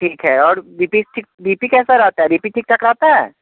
ठीक है और बी पी बी पी कैसा रहता है बी पी ठीक ठाक रहता है